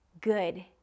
good